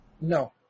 No